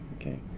okay